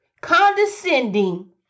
condescending